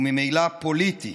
וממילא פוליטי,